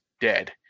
dead